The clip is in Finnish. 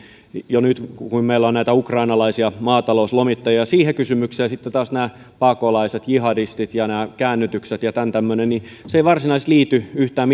jo nyt kun meillä on näitä ukrainalaisia maatalouslomittajia siihen kysymykseen sitten taas nämä pakolaiset jihadistit nämä käännytykset ja tämän tämmöinen eivät varsinaisesti liity yhtään